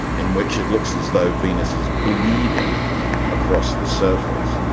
in which it looks as though venus is bleeding across the surface,